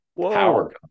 power